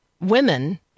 women